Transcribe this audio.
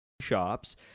shops